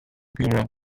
bureau